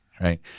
right